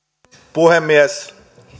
puhemies